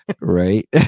Right